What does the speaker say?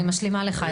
אני משלימה אותך.